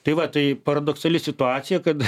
tai va tai paradoksali situacija kad